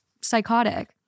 psychotic